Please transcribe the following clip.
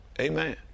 Amen